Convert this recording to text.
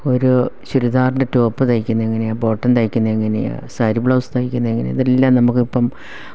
ഒരു ചുരിദാറിൻ്റെ ടോപ് തയ്ക്കുന്ന എങ്ങനെയാണ് ബോട്ടം തയ്ക്കുന്ന എങ്ങനെയാണ് സാരീ ബ്ലൗസ് തയ്ക്കുന്ന എങ്ങനെയാണ് ഇതെല്ലാം നമുക്കിപ്പം